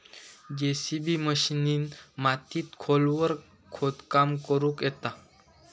JCB मशिनीन मातीत खोलवर खोदकाम करुक येता